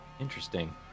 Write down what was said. Interesting